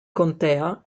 contea